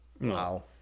wow